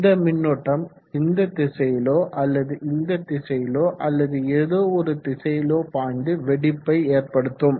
இந்த மின்னோட்டம் இந்த திசையிலோ அல்லது இந்த திசையிலோ அல்லது ஏதோவொரு திசையிலோ பாய்ந்து வெடிப்பை ஏற்படுத்தும்